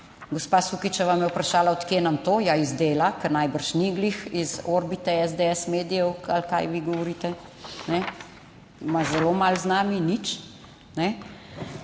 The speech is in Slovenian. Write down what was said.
Gospa Sukičeva me je vprašala, od kje nam to, ja iz Dela, ker najbrž ni glih iz orbite SDS medijev ali kaj vi govorite. Ima zelo malo z nami, nič. In